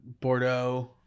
Bordeaux